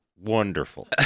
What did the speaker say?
Wonderful